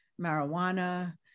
marijuana